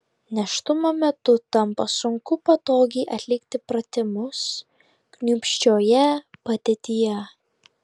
nėštumo metu tampa sunku patogiai atlikti pratimus kniūpsčioje padėtyje